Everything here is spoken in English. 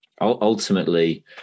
ultimately